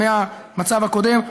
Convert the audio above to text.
מהמצב הקודם.